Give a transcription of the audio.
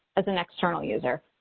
as an external user.